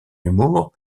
humour